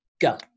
go